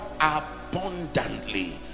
abundantly